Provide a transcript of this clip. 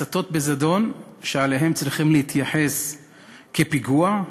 הצתות בזדון, שאליהן צריכים להתייחס כפיגוע,